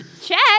Check